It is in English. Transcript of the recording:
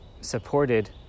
supported